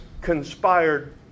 conspired